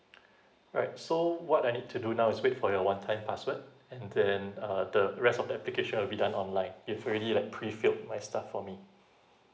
alright so what I need to do now is wait for your one time password and then uh the rest of the application will be done online if already like pre filled my stuff for me